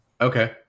Okay